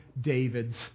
David's